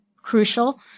crucial